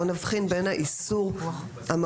בואו נבחין בין האיסור המהותי,